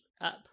up